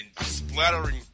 splattering